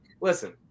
listen